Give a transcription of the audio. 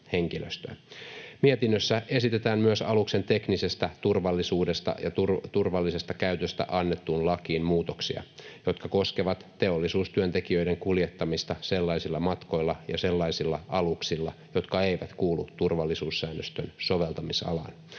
Mietinnössä esitetään myös aluksen teknisestä turvallisuudesta ja turvallisesta käytöstä annettuun lakiin muutoksia, jotka koskevat teollisuustyöntekijöiden kuljettamista sellaisilla matkoilla ja sellaisilla aluksilla, jotka eivät kuulu turvallisuussäännöstön soveltamisalaan